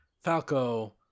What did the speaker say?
Falco